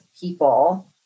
people